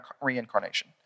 reincarnation